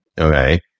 Okay